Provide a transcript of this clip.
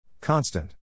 Constant